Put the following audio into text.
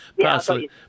Parsley